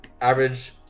Average